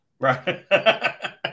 Right